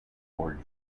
orgy